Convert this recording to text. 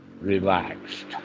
relaxed